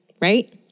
right